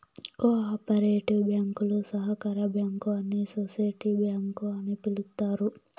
co operative బ్యాంకులు సహకార bank అని సోసిటీ బ్యాంక్ అని పిలుత్తారు